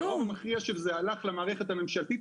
כלום! הרוב המכריע של זה הלך למערכת הממשלתית,